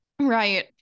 Right